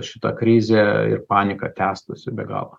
šita krizė ir panika tęstųsi be galo